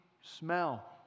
smell